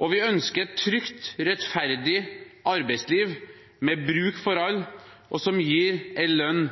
og vi ønsker et trygt og rettferdig arbeidsliv der det er bruk for alle, og som gir en lønn